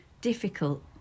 difficult